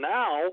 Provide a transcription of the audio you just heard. now